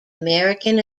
american